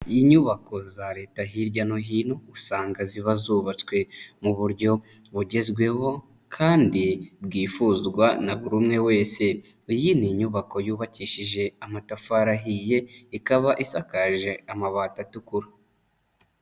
Inyubako za leta hirya no hino usanga ziba zubatswe mu buryo bugezweho kandi bwifuzwa na buri umwe wese. Iyi ni inyubako yubakishije amatafari ahiye, ikaba isakaje amabati atukura.